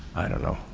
i don't know,